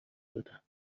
بدم